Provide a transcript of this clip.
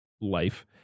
life